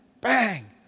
bang